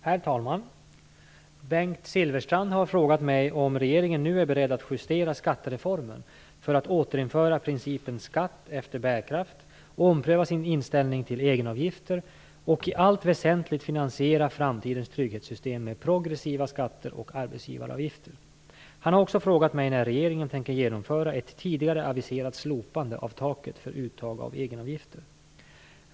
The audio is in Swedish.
Herr talman! Bengt Silfverstrand har frågat mig om regeringen nu är beredd att justera skattereformen för att återinföra principen skatt efter bärkraft, ompröva sin inställning till egenavgifter och i allt väsentligt finansiera framtidens trygghetssystem med progressiva skatter och arbetsgivaravgifter. Han har också frågat mig när regeringen tänker genomföra ett tidigare aviserat slopande av taket för uttag av egenavgifter.